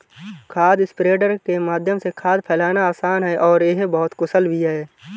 खाद स्प्रेडर के माध्यम से खाद फैलाना आसान है और यह बहुत कुशल भी है